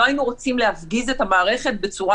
לא היינו רוצים להפגיז את המערכת בצורה